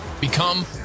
Become